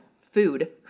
food